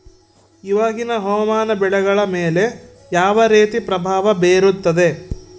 ಇವಾಗಿನ ಹವಾಮಾನ ಬೆಳೆಗಳ ಮೇಲೆ ಯಾವ ರೇತಿ ಪ್ರಭಾವ ಬೇರುತ್ತದೆ?